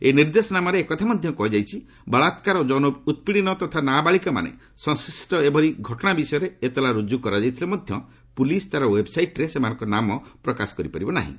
ଏହି ନିର୍ଦ୍ଦେଶନାମାରେ ଏକଥା ମଧ୍ୟ କୁହାଯାଇଛି ବଳାକାର ଓ ଯୌନ ଉତ୍ପୀଡ଼ନ ତଥା ନାବାଳିକାମାନେ ସଂଶ୍ଳିଷ୍ଟ ଏଭଳି ଘଟଣା ବିଷୟରେ ଏତଲା ରୁଜୁ କରାଯାଇଥିଲେ ମଧ୍ୟ ପୁଲିସ୍ ତା'ର ଓ୍ବେବ୍ସାଇଟ୍ରେ ସେମାନଙ୍କ ନାମ ପ୍ରକାଶ କରିପାରିବ ନାହିଁ